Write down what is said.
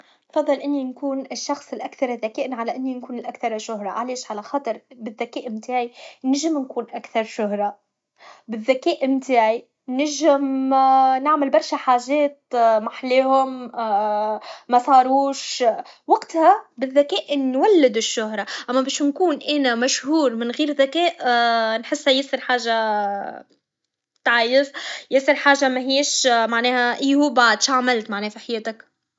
نفضل اني نكون الشخص الأكثر ذكاءا على اني نكون الأكثر شهره علاش على خاطر بالذكاء نتاعي نجم نكون اكثر شهره بالذماء نتعي نجم نعمل برشه حاجات محلاهم مصاروش وقتها بالذكاء نولد الشهره اما باش نكون انا مشهور من غير ذكاء نحسها ياسر حاجه تعيف ياسر حاجه مهيش معناه ايه ومبعد اش عملت فحياتك